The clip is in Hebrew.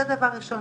זה דבר ראשון.